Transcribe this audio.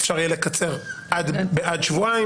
אני אחזור על הדברים בשביל גלעד.